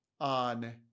on